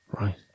Right